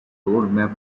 roadmap